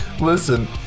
Listen